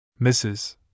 Mrs